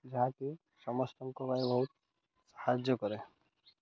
ଯାହାକି ସମସ୍ତଙ୍କ ପାଇଁ ବହୁତ ସାହାଯ୍ୟ କରେ